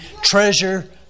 treasure